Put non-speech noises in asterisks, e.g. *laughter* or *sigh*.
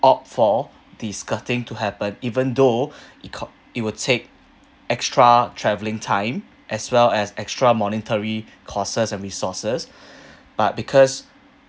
opt for the skirting to happen even though *breath* it co~ it will take extra travelling time as well as extra monetary costs and resources *breath* but because